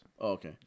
Okay